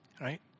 right